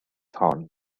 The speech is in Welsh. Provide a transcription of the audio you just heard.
hon